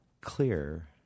clear